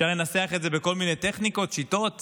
אפשר לנסח את זה בכל מיני טכניקות, שיטות